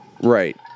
Right